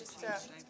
just-